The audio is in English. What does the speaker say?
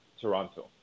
Toronto